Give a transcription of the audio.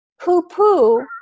poo-poo